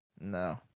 No